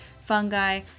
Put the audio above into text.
fungi